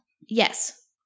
Yes